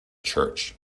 church